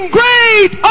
great